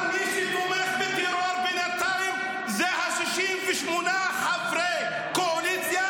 אבל מי שתומך בטרור בינתיים הוא 68 חברי קואליציה